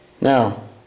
Now